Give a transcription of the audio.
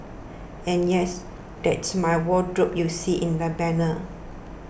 and yes that's my wardrobe you see in the banner